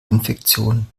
infektionen